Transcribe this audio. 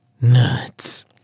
nuts